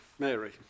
Mary